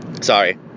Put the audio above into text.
sorry